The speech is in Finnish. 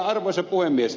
arvoisa puhemies